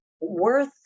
worth